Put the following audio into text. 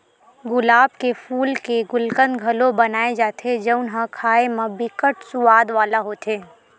गुलाब के फूल के गुलकंद घलो बनाए जाथे जउन ह खाए म बिकट सुवाद वाला होथे